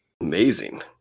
Amazing